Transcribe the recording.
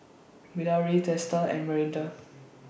Bilahari Teesta and Manindra